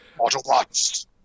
Autobots